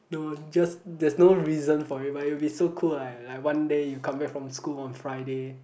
don't just there's no reason for it but it will be so cool like like one day you come back from school on Friday